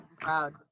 proud